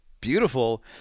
beautiful